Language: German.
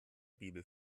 bibel